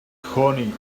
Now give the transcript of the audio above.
honey